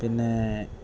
പിന്നെ